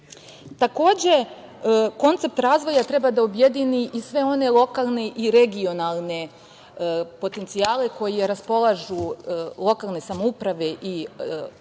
koncept razvoja treba da objedini i sve one lokalne i regionalne potencijale kojima raspolažu lokalne samouprave i okruzi